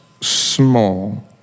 small